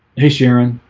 hey sharon